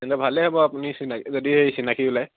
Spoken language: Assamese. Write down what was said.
তেন্তে ভালেই হ'ব আপুনি চিনাকি যদি সেই চিনাকি ওলায়